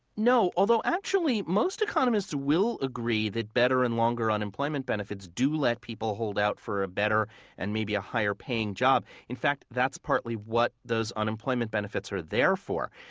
no. although actually, most economists will agree that better and longer unemployment benefits do let people hold out for a better and maybe a higher paying job. in fact, that's partly what those unemployment benefits are there for.